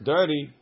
Dirty